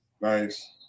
Nice